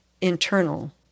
internal